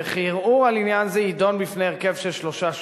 וכי ערעור על עניין זה יידון בפני הרכב של שלושה שופטים.